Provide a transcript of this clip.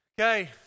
Okay